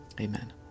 Amen